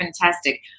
fantastic